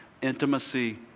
intimacy